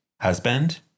husband